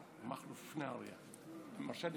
בן אליהו ואסתר,